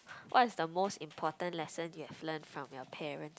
what is the most important lesson you have learn from your parent